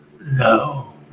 No